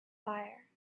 fire